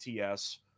ATS